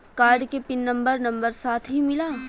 Card के pin number number साथही मिला?